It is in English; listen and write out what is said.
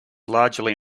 largely